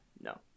No